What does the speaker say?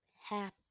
half